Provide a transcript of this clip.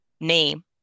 name